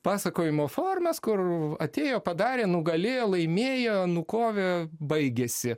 pasakojimo formas kur atėjo padarė nugalėjo laimėjo nukovė baigėsi